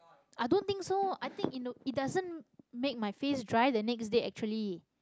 I don't think so I think you know it doesn't make my face dry the next day actually